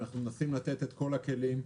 אנחנו מנסים לתת את כל הכלים,